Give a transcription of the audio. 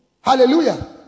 Hallelujah